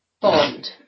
Bond